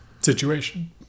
situation